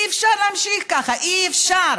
אי-אפשר להמשיך ככה, אי-אפשר.